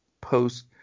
post